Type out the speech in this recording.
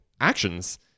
actions